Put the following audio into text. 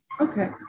Okay